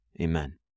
Amen